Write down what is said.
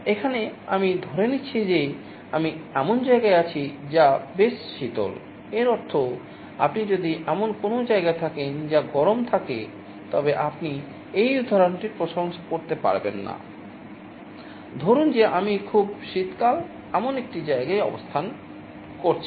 এখানে আমি ধরে নিচ্ছি যে আমি এমন জায়গায় আছি যা বেশ শীতল এর অর্থ আপনি যদি এমন কোনও জায়গায় থাকেন যা গরম থাকে তবে আপনি এই উদাহরণটির প্রশংসা করতে পারবেন না ধরুন যে আমি খুব শীতকাল এমন একটি জায়গায় অবস্থান করছি